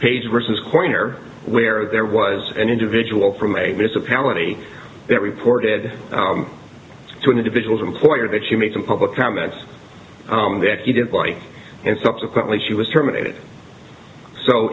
page versus corner where there was an individual from a mr paluxy that reported to an individual's employer that she made some public comments that he didn't like and subsequently she was terminated so